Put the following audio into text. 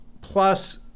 Plus